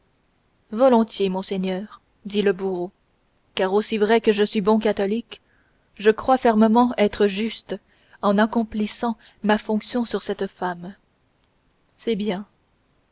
volontiers monseigneur dit le bourreau car aussi vrai que je suis bon catholique je crois fermement être juste en accomplissant ma fonction sur cette femme c'est bien